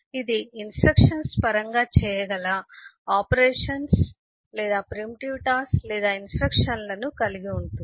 ఇది ఇన్స్ట్రక్షన్స్ పరంగా చేయగల ఇన్స్ట్రక్షన్స్ లేదా ఆపరేషన్స్ లేదా ప్రిమిటివ్ టాస్క్ లను కలిగి ఉంటుంది